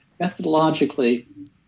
methodologically